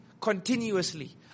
continuously